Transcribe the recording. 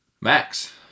Max